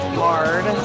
hard